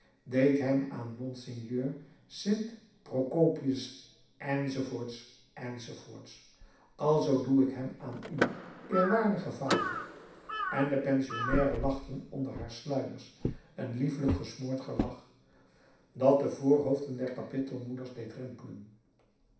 deed hem aan mons st procopius enz enz alzoo doe ik hem aan u eerwaardige vader en de pensionnairen lachten onder haar sluiers een liefelijk gesmoord gelach dat de voorhoofden der kapittelmoeders deed rimpelen